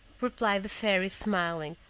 replied the fairy, smiling,